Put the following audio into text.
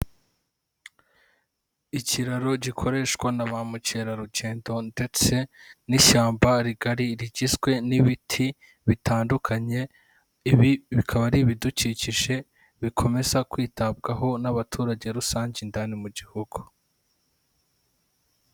Ikiraro gikoreshwa na bamukerarugendo ndetse n'ishyamba rigari rigizwe n'ibiti bitandukanye, ibi bikaba ari ibidukikije bikomeza kwitabwaho n'abaturage rusange indani mu gihugu.